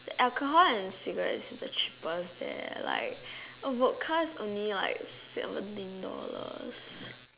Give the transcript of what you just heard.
alcohol and cigarettes are the cheapest there like would cost on me like seventeen dollars